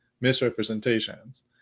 misrepresentations